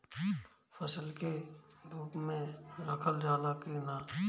फसल के धुप मे रखल जाला कि न?